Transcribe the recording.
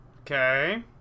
Okay